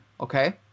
okay